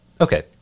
Okay